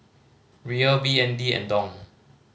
Riel B N D and Dong